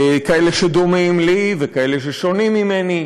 כאלה שדומים לי וכאלה ששונים ממני,